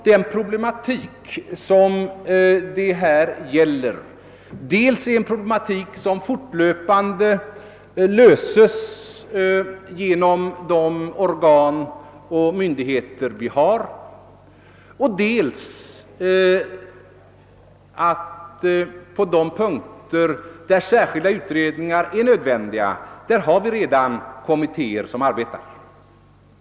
Den problematik som det gäller här behandlas nämligen fortlöpande av berörda organ och myndigheter, och på de punkter där särskilda utredningar är nödvändiga arbetar redan kommittéer.